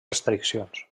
restriccions